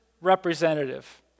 representative